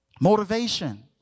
motivation